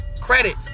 credit